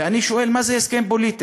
ואני שואל: מה זה הסכם פוליטי?